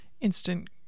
instant